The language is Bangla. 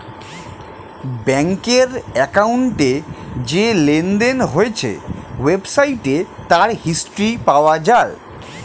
ব্যাংকের অ্যাকাউন্টে যে লেনদেন হয়েছে ওয়েবসাইটে তার হিস্ট্রি পাওয়া যায়